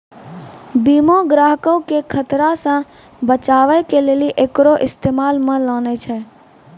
बीमा ग्राहको के खतरा से बचाबै के लेली एकरो इस्तेमाल मे लानै छै